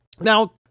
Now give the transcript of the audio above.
Now